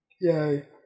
yay